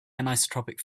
anisotropic